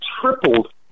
tripled